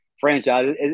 Franchise